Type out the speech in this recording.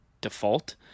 default